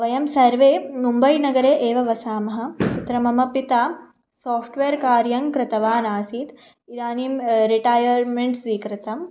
वयं सर्वे मुम्बैनगरे एव वसामः तत्र मम पिता सोफ़्ट्वेर् कार्यं कृतवानासीत् इदानीं रिटैर्मेण्ट् स्वीकृतम्